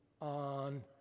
on